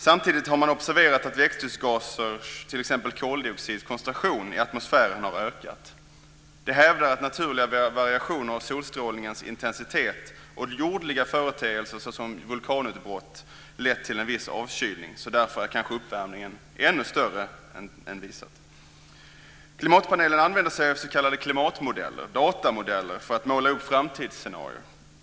Samtidigt har man observerat att koncentrationen av växthusgaser, t.ex. koldioxid, i atmosfären har ökat. Man hävdar att naturliga variationer i solstrålningens intensitet och jordföreteelser som vulkanutbrott har lett till en viss avkylning. Därför är kanske uppvärmningen ännu större än visat. Klimatpanelen använder sig av s.k. klimatmodeller - datamodeller - för att måla upp framtidsscenarier.